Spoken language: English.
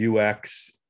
UX